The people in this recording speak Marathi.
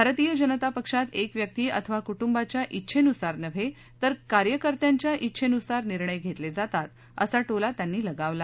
भारतीय जनता पक्षात एक व्यक्ती अथवा कुटुंबाच्या डिछेनुसार नव्हे तर कार्यकर्त्यांच्या डेछेनुसार निर्णय घेतले जातात असा टोला त्यांनी लगावला